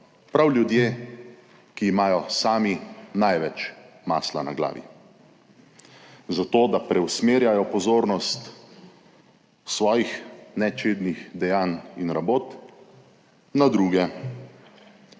prav ljudje, ki imajo sami največ masla na glavi, za to da preusmerjajo pozorno svojih nečednih dejanj in rabot na druge.